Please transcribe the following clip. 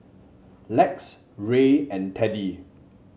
Lex Ray and Teddy